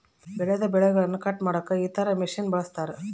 ಬೆಳೆದ ಬೆಳೆಗನ್ನ ಕಟ್ ಮಾಡಕ ಇತರ ಮಷಿನನ್ನು ಬಳಸ್ತಾರ